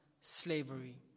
slavery